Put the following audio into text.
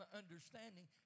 understanding